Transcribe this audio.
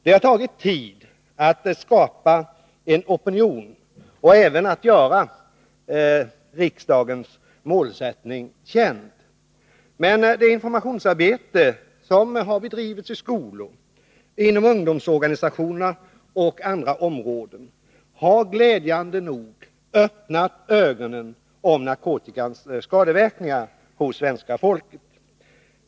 Det har tagit tid att skapa en opinion och även att göra riksdagens målsättning känd, men informationsarbetet i skolor, inom ungdomsorganisationer och i andra sammanhang har glädjande nog öppnat ögonen på svenska folket för narkotikans skadeverkningar.